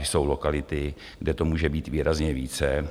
Jsou lokality, kde to může být výrazně více.